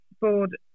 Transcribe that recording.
board